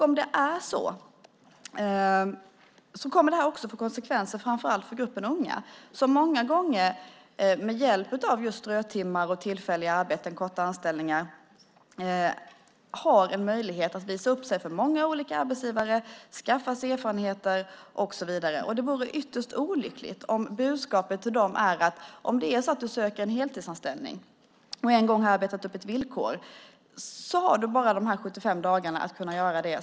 Om det är så kommer det att få konsekvenser framför allt för gruppen unga som många gånger med hjälp av just strötimmar och tillfälliga arbeten, korta anställningar, har en möjlighet att visa upp sig för många olika arbetsgivare, skaffa sig erfarenheter och så vidare. Det vore ytterst olyckligt om budskapet till dem vore att om de söker en heltidsanställning, och en gång arbetat upp ett villkor har de bara dessa 75 dagar.